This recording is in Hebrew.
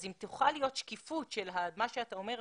אז אם תוכל להיות שקיפות של מה שאתה אומר עכשיו,